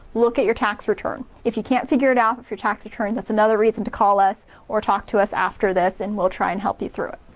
look at your tax return. if you can't figure it out for your tax return, that's another reason to call us or talk to us after this, and we'll try and help you through it.